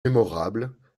mémorables